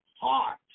heart